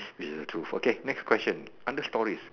this is a truth okay next question under stories